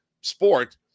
sport